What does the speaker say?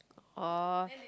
oh